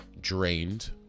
drained